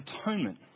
atonement